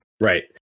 Right